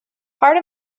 part